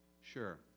Sure